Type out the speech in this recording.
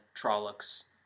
Trollocs